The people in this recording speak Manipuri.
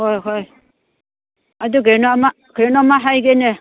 ꯍꯣꯏ ꯍꯣꯏ ꯑꯗꯨ ꯀꯔꯤꯅꯣ ꯑꯃ ꯀꯔꯤꯅꯣ ꯑꯃ ꯍꯥꯏꯒꯦꯅꯦ